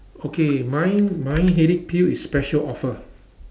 okay mine mine headache pil is special offer